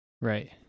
Right